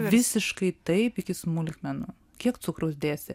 visiškai taip iki smulkmenų kiek cukraus dėsi